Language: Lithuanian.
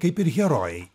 kaip ir herojai